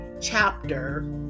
chapter